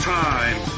time